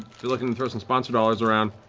if you're looking to throw some sponsor dollars around.